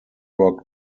rock